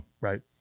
right